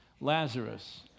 Lazarus